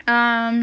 um